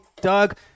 Doug